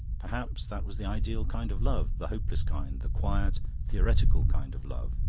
perhaps that was the ideal kind of love, the hopeless kind the quiet, theoretical kind of love.